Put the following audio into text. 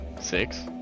Six